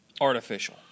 Artificial